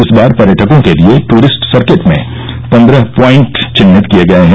इस बार पर्यटकों के लिए टूरिस्ट सर्किट में पन्द्रह पॉइंट विन्हित किये गए हैं